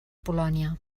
polònia